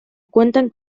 cuentan